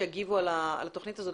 שיגיבו על התוכנית הזאת,